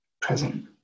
present